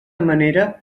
manera